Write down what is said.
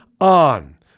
on